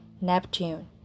Neptune